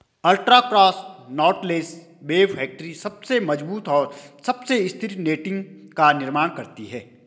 ultra cross knotless web factory सबसे मजबूत और सबसे स्थिर नेटिंग का निर्माण करती है